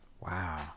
Wow